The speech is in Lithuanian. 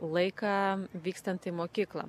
laiką vykstant į mokyklą